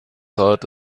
thought